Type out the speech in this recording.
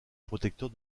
protecteur